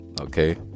okay